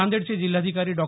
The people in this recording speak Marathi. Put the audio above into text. नांदेडचे जिल्हाधिकारी डॉ